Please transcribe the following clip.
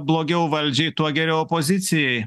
blogiau valdžiai tuo geriau opozicijai